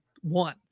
one